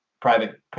private